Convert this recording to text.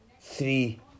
three